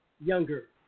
younger